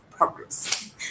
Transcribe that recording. Progress